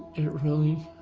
it really